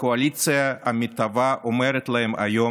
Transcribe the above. הקואליציה המתהווה אומרת להם היום,